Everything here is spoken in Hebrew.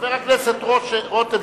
חבר הכנסת רותם,